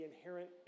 inherent